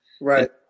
right